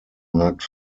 markt